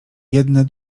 jedne